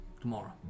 tomorrow